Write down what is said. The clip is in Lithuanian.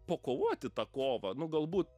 pakovoti tą kovą nu galbū